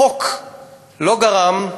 החוק לא גרם,